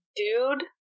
dude